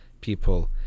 people